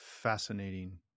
fascinating